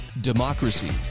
democracy